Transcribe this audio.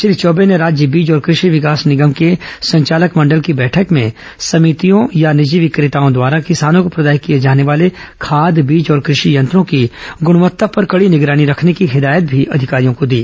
श्री चौबे ने राज्य बीज और कृषि विकास निगम के संचालक मंडल की बैठक में समितियों या निजी विक्रेताओं द्वारा किसानों को प्रदाय किए जाने वाले खाद बीज और कृषि यंत्रों की गुणवत्ता पर कड़ी निगरानी रखने की हिदायत भी अधिकारियों को दी